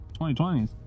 2020s